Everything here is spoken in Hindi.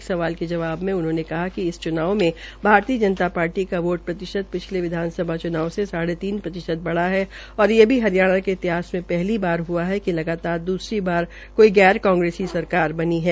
एक सवाल के जवाब में उन्होंने कहा कि इस च्नाव में भारतीय जनता पार्टी का वोट प्रतिशत पिछले विधानसभा च्नाव से साढ़े तीन प्रतिशत बढ़ा है और ये भी हरियाणा के इतिहास में पहली बार हुआ है कि लगातार दूसरी बार कोई गैर कांग्रेसी सरकार बनी है